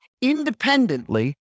independently